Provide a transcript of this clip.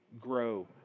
grow